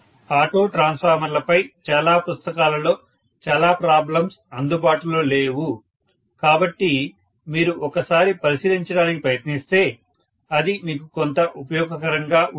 auto ట్రాన్స్ఫార్మర్లపై చాలా పుస్తకాలలో చాలా ప్రాబ్లమ్స్ అందుబాటులో లేవు కాబట్టి మీరు ఒక్కసారి పరిశీలించడానికి ప్రయత్నిస్తే అది మీకు కొంత ఉపయోగకరంగా ఉంటుంది